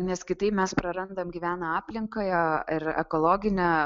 nes kitaip mes prarandam gyvenamą aplinką ir ekologinė